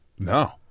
No